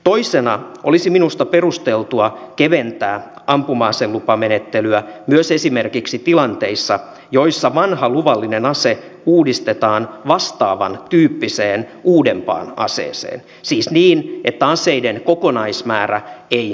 toisena olisi minusta perusteltua keventää ampuma aselupamenettelyä myös esimerkiksi tilanteissa joissa vanha luvallinen ase uudistetaan vastaavan tyyppiseen uudempaan aseeseen siis niin että aseiden kokonaismäärä ei kasva